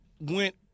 went